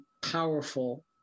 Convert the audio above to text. powerful